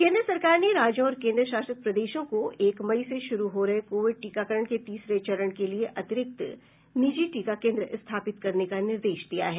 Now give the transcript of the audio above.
केन्द्र सरकार ने राज्यों और केन्द्रशासित प्रदेशों को एक मई से शुरू हो रहे कोविड टीकाकरण के तीसरे चरण के लिए अतिरिक्त निजी टीका केन्द्र स्थापित करने का निर्देश दिया है